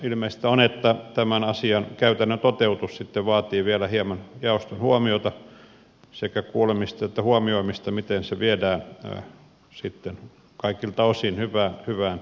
ilmeistä on että tämän asian käytännön toteutus sitten vaatii vielä hieman jaoston huomiota sekä kuulemista että huomioimista miten se viedään kaikilta osin hyvään satamaan